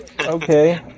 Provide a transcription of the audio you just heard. Okay